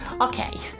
okay